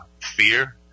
fear